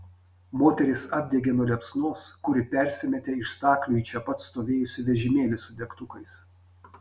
moterys apdegė nuo liepsnos kuri persimetė iš staklių į čia pat stovėjusį vežimėlį su degtukais